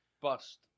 Bust